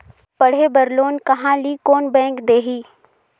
पढ़े बर लोन कहा ली? कोन बैंक देही?